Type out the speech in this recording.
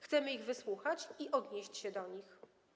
Chcemy ich wysłuchać i odnieść się do nich.